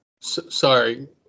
Sorry